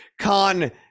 Khan